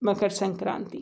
Makar Sankranti